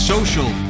Social